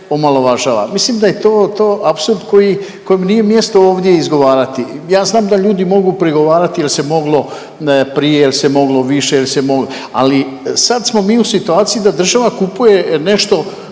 Mislim da je to apsurd kojem nije mjesto ovdje izgovarati. Ja znam da ljudi mogu prigovarati jel se moglo prije, jel se moglo više, jel se moglo, ali sad smo mi u situaciji da država kupuje nešto